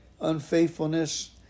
unfaithfulness